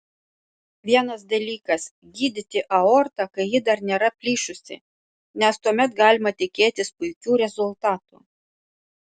vienas dalykas gydyti aortą kai ji dar nėra plyšusi nes tuomet galima tikėtis puikių rezultatų